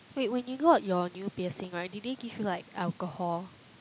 wait when you got your new piercing right did they give you like alcohol